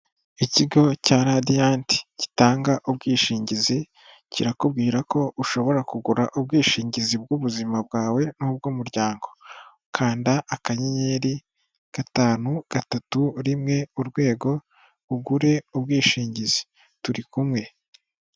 Ikigo cya Radiant gitanga ubwishingizi kirakubwira ko ushobora kugura ubwishingizi bw'ubuzima bwawe n'ubw'umuryango, kanda akanyenyeri, gatanu, gatatu, rimwe urwego, ugure ubwishingizi. Turi kumwe.